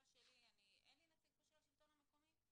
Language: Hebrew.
יש פה נציג של השלטון המקומי?